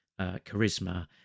charisma